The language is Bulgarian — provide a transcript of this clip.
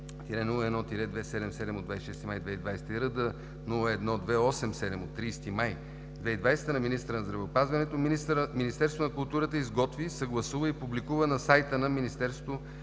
РД-01-277 от 26 май 2020 г. и № РД-01-287 от 30 май 2020 г. на министъра на здравеопазването Министерството на културата изготви, съгласува и публикува на сайта на Министерството